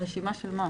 רשימה של מה?